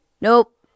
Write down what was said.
Nope